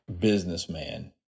businessman